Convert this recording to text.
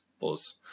Buzz